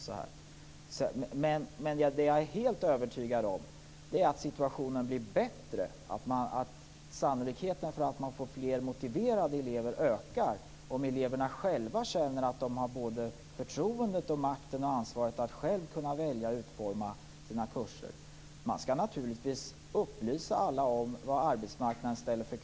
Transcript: Men jag är helt övertygad om att situationen blir bättre och att sannolikheten för att man får fler motiverade elever ökar om eleverna själva känner att de har förtroendet, makten och ansvaret att själva kunna välja och utforma sina kurser. Man skall naturligtvis upplysa alla om vilka krav arbetsmarknaden ställer.